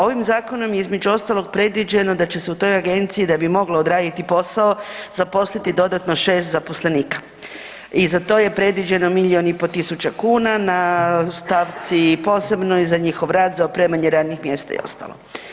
Ovim zakonom između ostalog predviđeno je da će se u toj agenciji da bi mogla odraditi posao zaposliti dodatno šest zaposlenika i za to je predviđeno milijun i pol tisuća kuna na stavci posebnoj za njihov rad, za opremanje radnih mjesta i ostalo.